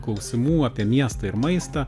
klausimų apie miestą ir maistą